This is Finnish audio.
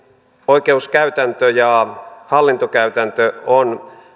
oikeuskäytäntö ja hallintokäytäntö on